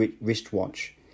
wristwatch